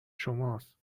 شماست